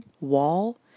Wall